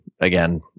again